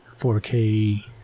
4K